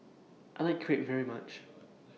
I like Crepe very much